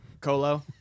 Colo